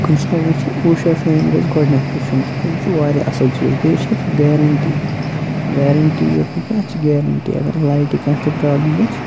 کُنہِ ساتہٕ وٕچھِ اوٗشا فین گَژھِ گۄڈنٮ۪تھ وٕچھُن تِکیٛاز یہِ چھُ واریاہ اَصٕل چیٖز بیٚیہِ چھِ اَتھ گیرَنٹی ویرَنٹی یوت نہٕ کینٛہ اَتھ چھِ گیرَنٹی اگر لایٹہِ کانٛہہ تہِ پرٛابلِم گَژھِ